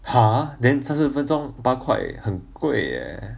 !huh! then 三十分钟十八块很贵 eh